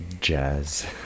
jazz